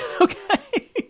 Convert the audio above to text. okay